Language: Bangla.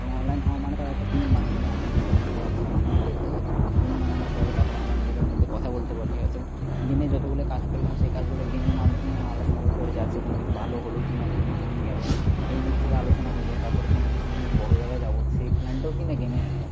এবং অনলাইন হওয়া মানে তারা এক একটা টিম বানিয়ে নিই আমার নিজেদের মধ্যে একজন একজন করে ডেকে এবং টিম বানানোর পরে তার পর আমরা নিজেদের মধ্যে কথা বলতে পারি অর্থাৎ দিনে যতগুলো কাজ করলে আমি সেই কাজগুলো গেমের মাধ্যমেই আমরা আলোচনা করতে পারি যে আজকে কোনো কিছু ভালো হলো কি না দিন কেমন গেল এই নিয়ে কিছুটা আলোচনা হয়ে যায় তার পরে কোনো কিছু যদি বড় জায়গায় যাব সেই প্ল্যানটাও কিনা গেমে হয়ে যায়